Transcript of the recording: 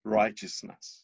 righteousness